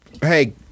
Hey